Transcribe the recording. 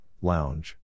lounge